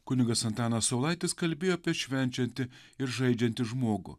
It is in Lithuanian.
kunigas antanas saulaitis kalbėjo apie švenčiantį ir žaidžiantį žmogų